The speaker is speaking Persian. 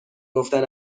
گفتن